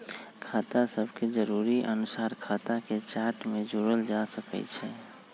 खता सभके जरुरी अनुसारे खता के चार्ट में जोड़ल जा सकइ छै